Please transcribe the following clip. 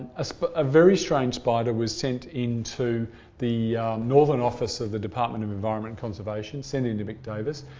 so but a very strange spider was sent in to the northern office of the department of environment and conservation, sent in to mick davis,